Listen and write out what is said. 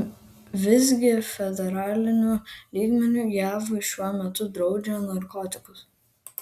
visgi federaliniu lygmeniu jav šiuo metu draudžia narkotikus